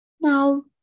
Now